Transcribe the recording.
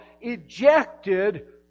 ejected